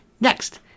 Next